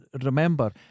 Remember